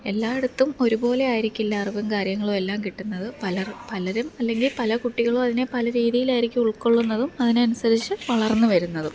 എല്ലായിടത്തും ഒരുപോലെ ആയിരിക്കില്ല അറിവും കാര്യങ്ങളും എല്ലാം കിട്ടുന്നത് പലര് പലരും അല്ലെങ്കില് പല കുട്ടികളും അതിനെ പല രീതീലായിരിക്കും ഉള്ക്കൊള്ളുന്നതും അതിനനുസരിച്ച് വളര്ന്ന് വരുന്നതും